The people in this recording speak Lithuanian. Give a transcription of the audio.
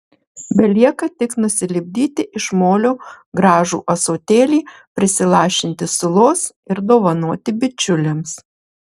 belieka tik nusilipdyti iš molio gražų ąsotėlį prisilašinti sulos ir dovanoti bičiuliams